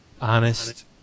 honest